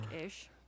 ish